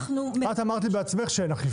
את בעצמך אמרת לי שאין אכיפה.